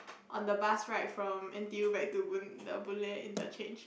on the bus ride from N_T_U back to boon the Boon-Lay interchange